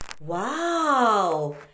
Wow